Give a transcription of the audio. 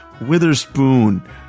Witherspoon